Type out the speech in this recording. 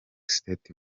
state